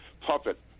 puppet